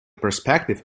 perspective